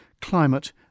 Climate